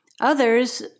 Others